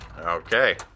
Okay